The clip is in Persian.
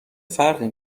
فرقی